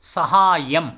सहाय्यम्